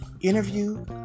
interview